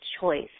choice